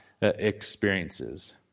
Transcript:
experiences